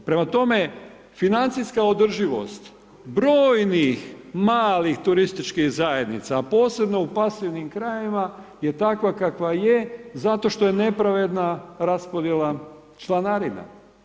Prema tome, financijska održivost brojnih malih turističkih zajednica, posebno u pasivnim krajevima je takva kakva je zato što je nepravedna raspodjela članarina.